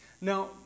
Now